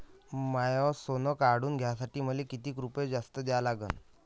माय सोनं काढून घ्यासाठी मले कितीक रुपये जास्त द्या लागन?